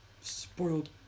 spoiled